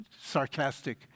sarcastic